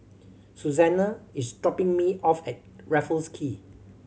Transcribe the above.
Susana is dropping me off at Raffles Quay